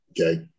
okay